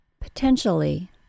Potentially